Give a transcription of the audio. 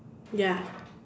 ya